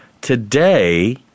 Today